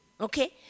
okay